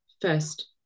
first